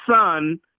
son